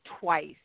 twice